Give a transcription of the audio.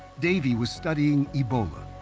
davey was studying ebola.